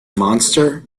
monster